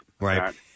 Right